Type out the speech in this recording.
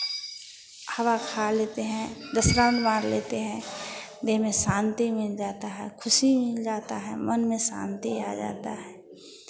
हवा खा लेते हैं दस राउंड मार लेते हैं देह में शांति मिल जाता है खुशी मिल जाता है मन में शांति आ जाता है